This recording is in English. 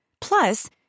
Plus